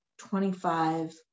25